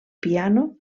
piano